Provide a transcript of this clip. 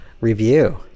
review